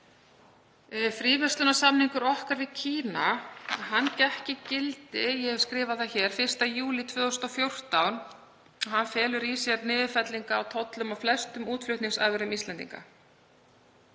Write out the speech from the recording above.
Fríverslunarsamningur okkar við Kína gekk í gildi — ég hef skrifað það hér — 1. júlí 2014. Hann felur í sér niðurfellingu á tollum á flestum útflutningsafurðum Íslendinga.